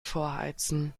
vorheizen